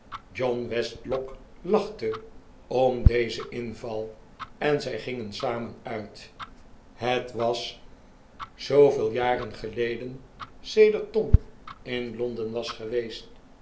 john westlock lachte om dezen inval en zij gingen samen uit het was zooveel jaren geleden sedert tom in londen was geweest